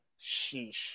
Sheesh